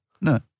No